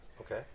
Okay